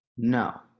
No